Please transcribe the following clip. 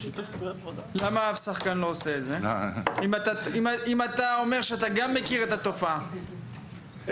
אם אתה אומר שגם אתה מכיר את התופעה,